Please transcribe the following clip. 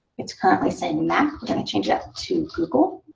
it's currently saying mac. we're going to change that to google.